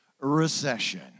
Recession